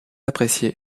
apprécié